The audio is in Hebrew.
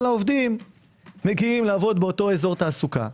העובדים מגיעים לעבוד באותו אזור תעסוקה,